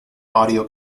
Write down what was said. audio